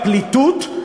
הפליטות,